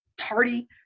party